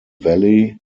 valley